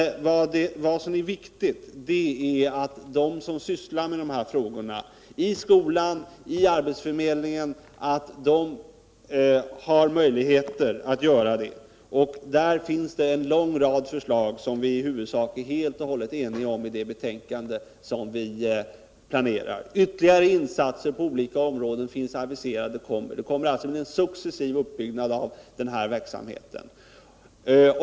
Vad som är viktigt är att de som sysslar med dessa frågor - i skolan och i arbetsförmedlingen —- har möjlighet att göra det. Och det finns ju en lång rad förslag som vi i huvudsak är helt och hållet eniga om i det betänkande som vi nu diskuterar. Ytterligare insatser på olika områden finns aviserade. Det kommer alltså att bli en successiv utbyggnad av den här verksamheten.